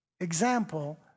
Example